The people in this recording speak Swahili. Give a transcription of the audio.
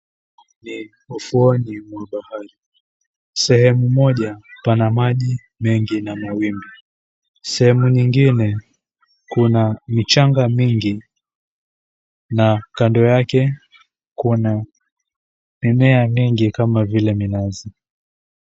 Ni ufuoni mwa bahari. Sehemu moja pana maji mengi na mawimbi. Sehemu nyingine kuna michanga mingi na kando yake kuna mimea mingi kama vile minazi.